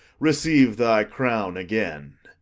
receive thy crown again.